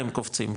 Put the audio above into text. הם קופצים,